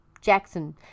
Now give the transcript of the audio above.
Jackson